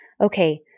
Okay